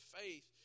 faith